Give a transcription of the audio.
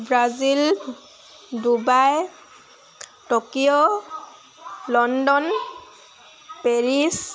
Brazil Dubai Tokyo London Paris